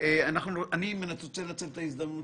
אני רוצה לנצל את ההזדמנות